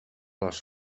les